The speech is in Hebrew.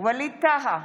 ווליד טאהא,